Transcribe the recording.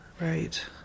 right